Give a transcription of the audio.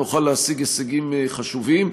נוכל להשיג הישגים חשובים.